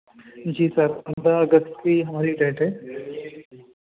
جی sir پندرہ اگست کی ہماری ڈیٹ ہے